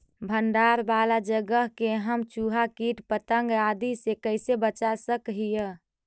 भंडार वाला जगह के हम चुहा, किट पतंग, आदि से कैसे बचा सक हिय?